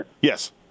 Yes